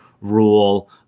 rule